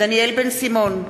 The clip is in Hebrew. דניאל בן-סימון,